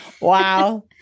wow